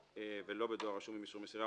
ולא בדואר רשום עם אישור מסירה.